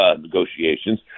negotiations